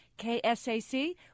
KSAC